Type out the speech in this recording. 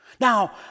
Now